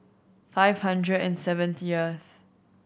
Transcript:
five hundred and seventieth